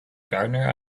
gardener